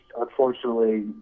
unfortunately